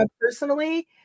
personally